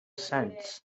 sands